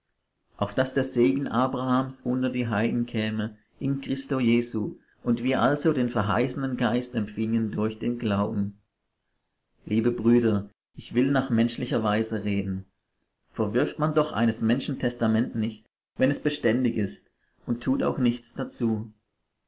auf daß der segen abrahams unter die heiden käme in christo jesu und wir also den verheißenen geist empfingen durch den glauben liebe brüder ich will nach menschlicher weise reden verwirft man doch eines menschen testament nicht wenn es bestätigt ist und tut auch nichts dazu